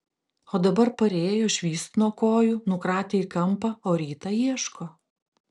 o dabar parėjo švyst nuo kojų nukratė į kampą o rytą ieško